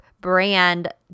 brand